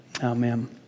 amen